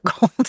gold